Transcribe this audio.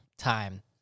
time